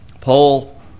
Paul